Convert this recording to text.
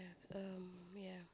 um ya